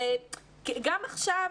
גם עכשיו,